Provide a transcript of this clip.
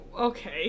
Okay